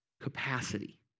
capacity